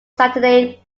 saturday